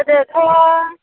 गोदोथ'